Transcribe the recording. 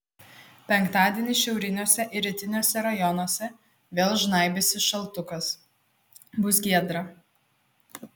penktadienį šiauriniuose ir rytiniuose rajonuose vėl žnaibysis šaltukas bus giedra